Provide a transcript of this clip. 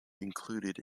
included